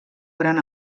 gran